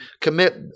commit